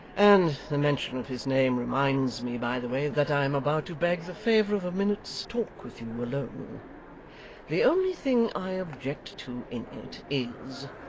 and the mention of his name reminds me, by the way, that i am about to beg the favour of a minute's talk with you alone the only thing i object to in it, is,